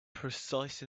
precise